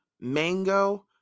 mango